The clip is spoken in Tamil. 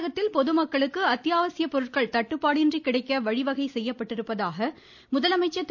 தமிழகத்தில் பொதுமக்களுக்கு அத்தியாவசிய பொருட்கள் தட்டுப்பாடின்றி கிடைக்க வழிவகை செய்யப்பட்டுள்ளதாக முதலமைச்சர் திரு